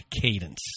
cadence